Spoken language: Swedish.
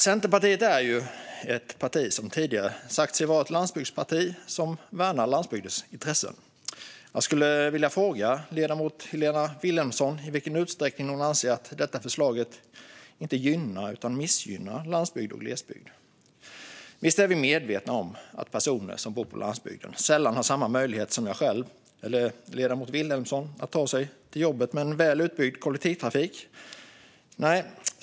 Centerpartiet är ett parti som tidigare har sagt sig vara ett landsbygdsparti som värnar landsbygdens intressen. Jag vill fråga ledamoten Helena Vilhelmsson i vilken utsträckning hon anser att detta förslag inte gynnar utan missgynnar landsbygd och glesbygd. Visst är vi medvetna om att personer som bor på landsbygden sällan har samma möjlighet som jag själv eller ledamoten Vilhelmsson att ta sig till jobbet med väl utbyggd kollektivtrafik.